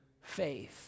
faith